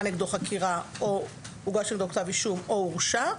נגדו חקירה או הוגש נגדו כתב אישום או הורשע,